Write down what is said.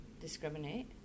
discriminate